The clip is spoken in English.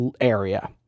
area